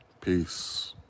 Peace